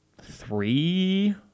three